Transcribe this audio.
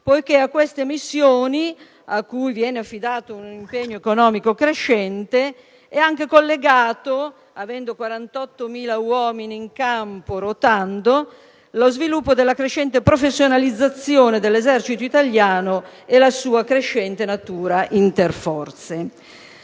poiché a queste missioni, a cui viene affidato un impegno economico crescente, è anche collegato, avendo 48.000 uomini in campo, a rotazione, lo sviluppo della crescente professionalizzazione dell'esercito italiano e la sua crescente natura interforze.